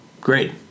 great